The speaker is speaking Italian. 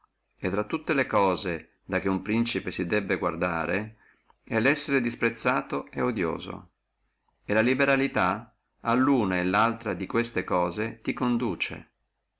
et intra tutte le cose di che uno principe si debbe guardare è lo essere contennendo et odioso e la liberalità alluna e laltra cosa ti conduce